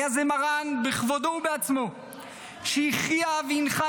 מרן בכבודו ובעצמו היה זה שהכריע והנחה